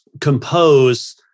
compose